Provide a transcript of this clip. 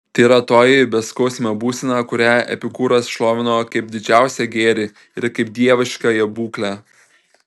tai yra toji beskausmė būsena kurią epikūras šlovino kaip didžiausią gėrį ir kaip dieviškąją būklę